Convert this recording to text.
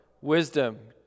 wisdom